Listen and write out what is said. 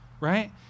right